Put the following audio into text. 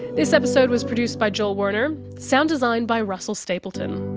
this episode was produced by joel werner, sound design by russell stapleton.